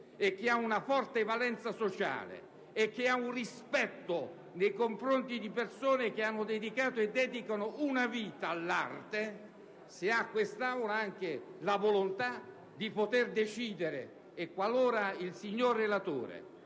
che ha una forte valenza sociale e che richiede rispetto nei confronti di persone che hanno dedicato e dedicano una vita all'arte, quest'Aula può avere la volontà di decidere. E qualora il signor relatore